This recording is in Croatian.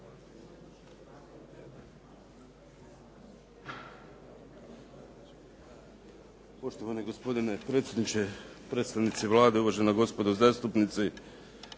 Hvala vam